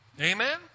Amen